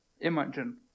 imagine